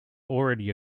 already